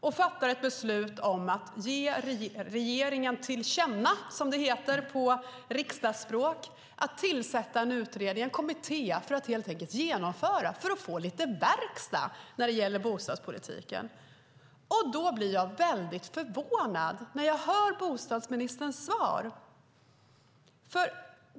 Den fattar ett beslut om att ge regeringen till känna - som det heter på riksdagsspråk - att regeringen ska tillsätta en utredning, en kommitté, för att helt enkelt genomföra och få lite verkstad när det gäller bostadspolitiken. Jag blir därför väldigt förvånad när jag hör bostadsministerns svar.